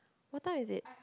what time is it